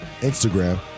Instagram